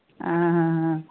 आं आं आं